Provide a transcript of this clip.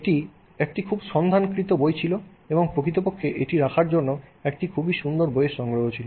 এটি একটি খুব সন্ধানকৃত বই ছিল এবং প্রকৃতপক্ষে এটি রাখার জন্য একটি খুবই সুন্দর বই এর সংগ্রহ ছিল